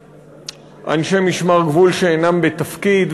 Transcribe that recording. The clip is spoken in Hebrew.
אנשי משמר גבול שאינם בתפקיד,